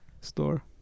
store